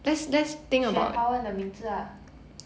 选华文的名字 lah